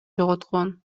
жоготкон